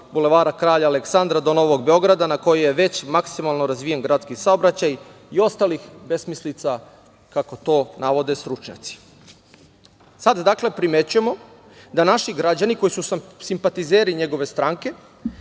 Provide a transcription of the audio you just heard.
Bulevara kralja Aleksandra do Novog Beograda, na koji je već maksimalno razvijen gradski saobraćaj i ostalih besmislica kako to navode stručnjaci. Sada, dakle, primećujemo da naši građani koji su simpatizeri njegove stranke,